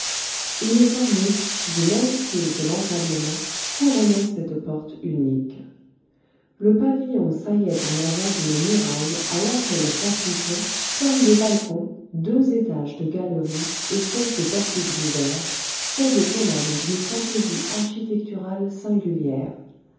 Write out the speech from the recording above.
une corniche du même style que l'entablement couronnait cette porte unique le pavillon saillait en avant d'une muraille à laquelle s'appliquaient comme des balcons deux étages de galeries espèces de portiques ouverts faits de colonnes d'une fantaisie architecturale singulière